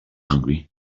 hungry